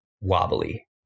wobbly